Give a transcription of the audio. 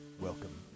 Welcome